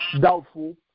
doubtful